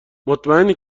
مطمئنی